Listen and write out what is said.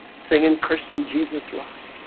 singing christian, jesus rock